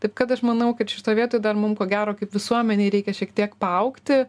taip kad aš manau kad šitoj vietoj dar mum ko gero kaip visuomenei reikia šiek tiek paaugti